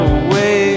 away